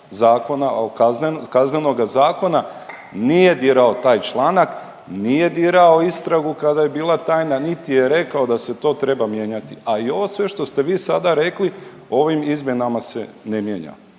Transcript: Kaznenoga zakona, nije dirao taj članak, nije dirao istragu kada je bila tajna, niti je rekao da se to treba mijenjati. A i ovo sve što ste vi sada rekli ovim izmjenama se ne mijenja,